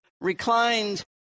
reclined